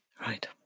Right